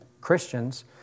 Christians